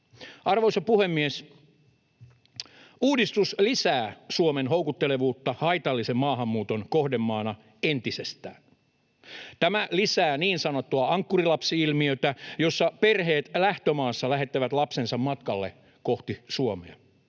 Arvoisa puhemies! Uudistus lisää Suomen houkuttelevuutta haitallisen maahanmuuton kohdemaana entisestään. Tämä lisää niin sanottua ankkurilapsi-ilmiötä, jossa perheet lähtömaassa lähettävät lapsensa matkalle kohti Suomea,